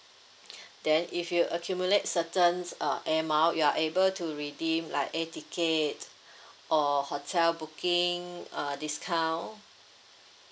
then if you accumulate certain uh air mile you are able to redeem like air tickets or hotel booking uh discount